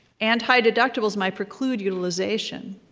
and high deductibles might preclude utilization.